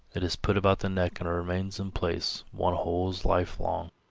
it is put about the neck and remains in place one's whole life long.